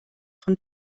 von